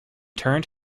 turned